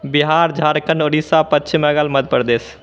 Bihar Jharkhand Odisha Paschim Bangal Madhya Pradesh